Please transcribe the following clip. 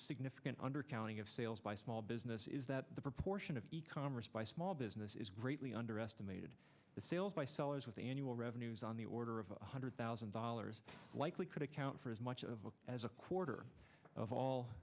significant under counting of sales by small business is that the proportion of e commerce by small business is greatly underestimated the sales by sellers with annual revenues on the order of one hundred thousand dollars likely could account for as much of as a quarter of all